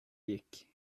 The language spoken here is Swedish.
gick